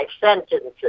sentences